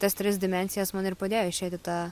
tos trys dimensijos man ir padėjo išeit į tą